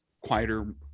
quieter